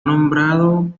nombrado